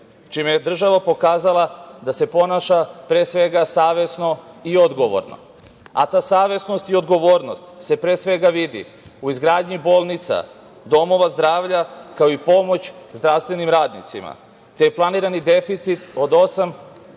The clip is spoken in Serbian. čime je država pokazala da se ponaša pre svega savesno i odgovorno. Ta savesnost i odgovornost se pre svega vide u izgradnji bolnica, domova zdravlja, kao i pomoć zdravstvenim radnicima, te je planiran deficit od